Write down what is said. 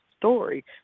Story